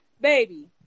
Baby